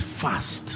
fast